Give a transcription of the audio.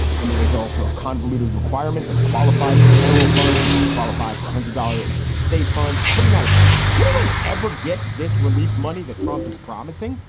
and there is also a convoluted requirement that to qualify for the federal funds, you have to qualify for one hundred dollars in state funds. but putting that aside, should anyone ever get this relief money that trump is promising,